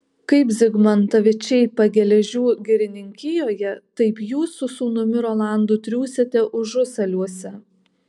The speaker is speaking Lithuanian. kaip zigmantavičiai pageležių girininkijoje taip jūs su sūnumi rolandu triūsiate užusaliuose